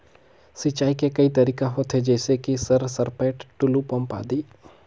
सिंचाई के कई तरीका होथे? जैसे कि सर सरपैट, टुलु पंप, आदि?